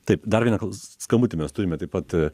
taip dar vieną skambutį mes turime taip pat